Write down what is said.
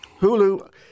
Hulu